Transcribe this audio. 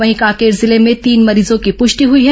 वहीं कांकेर जिले में तीन मरीजों की पुष्टि हुई है